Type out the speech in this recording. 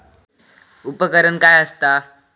उपकरण काय असता?